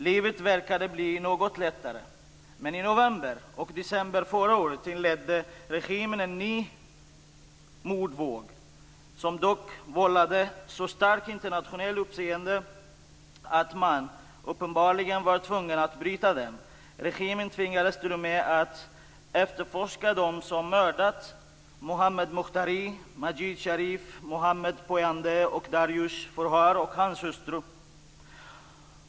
Livet verkade bli något lättare. Men i november och december förra året inledde regimen en ny mordvåg, som dock vållade så starkt internationellt uppseende att man uppenbarligen var tvungen att avbryta den. Regimen tvingades t.o.m. att efterforska dem som mördat Mohammad Mokhtari, Majid Sharif, Mohammad Pouyandeh och Darioush Foruhar och hans hustru.